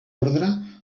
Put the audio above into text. ordre